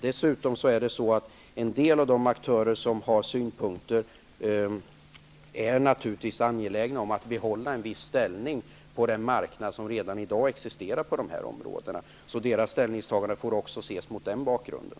Dessutom är en del aktörer som har synpunkter naturligtvis angelägna om att behålla en viss ställnig på den marknad som redan i dag existerar. Så deras ställningstagande får ses mot den bakgrunden.